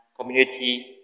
community